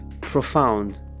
profound